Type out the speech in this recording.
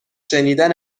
شنیدن